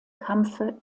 kampfe